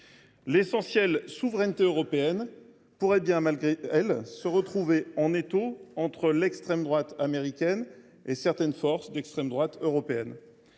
L’essentielle souveraineté européenne pourrait donc, bien malgré elle, se retrouver prise en étau entre l’extrême droite américaine et certaines forces de l’extrême droite européenne.